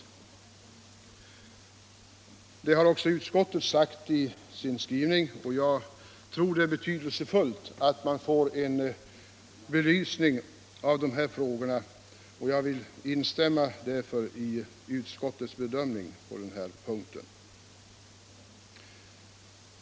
Detta har också utskottet sagt i sin skrivning, och jag tror att det är betydelsefullt att få en belysning av dessa frågor, och jag vill instämma i utskottets bedömning.